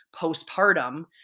postpartum